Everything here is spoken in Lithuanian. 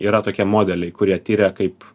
yra tokie modeliai kurie tiria kaip